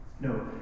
No